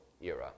era